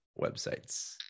websites